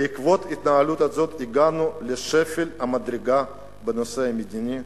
בעקבות ההתנהלות הזאת הגענו לשפל המדרגה בנושא המדיני.